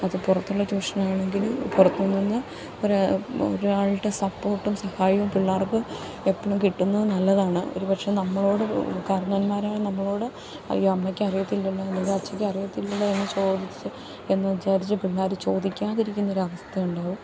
അത് പുറത്തുള്ള ട്യൂഷനാണെങ്കിൽ പുറത്ത് നിന്ന് ഒരാ ഒരാളുടെ സപ്പോർട്ടും സഹായവും പിള്ളേർക്ക് എപ്പളും കിട്ടുന്നത് നല്ലതാണ് ഒരു പക്ഷെ നമ്മളോട് കാരണവന്മാരായ നമ്മളോട് അയ്യോ അമ്മയ്ക്ക് അറിയത്തില്ലല്ലോ അല്ലെങ്കിൽ അച്ഛയ്ക്കറിയത്തില്ലല്ലോ എന്ന് ചോദിച്ച് എന്ന് വിചാരിച്ച് പിള്ളേർ ചോദിക്കാതിരിക്കുന്ന ഒരു അവസ്ഥ ഉണ്ടാവും